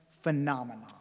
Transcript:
phenomenon